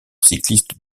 cycliste